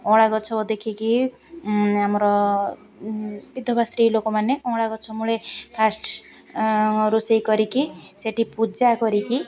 ଅଁଳା ଗଛ ଦେଖିକି ଆମର ବିଧବା ସ୍ତ୍ରୀ ଲୋକମାନେ ଅଁଳା ଗଛମୂଳେ ଫାର୍ଷ୍ଟ ରୋଷେଇ କରିକି ସେଠି ପୂଜା କରିକି